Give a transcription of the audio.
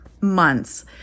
months